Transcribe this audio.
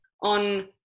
on